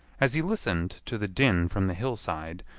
as he listened to the din from the hillside,